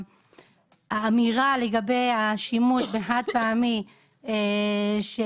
האמירה לגבי השימוש בכלים חד פעמיים שנשללה